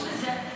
חוץ מזה,